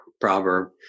proverb